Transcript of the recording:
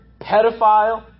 pedophile